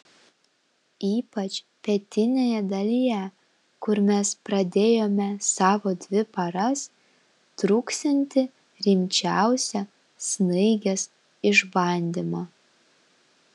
ypač pietinėje dalyje kur mes pradėjome savo dvi paras truksiantį rimčiausią snaigės išbandymą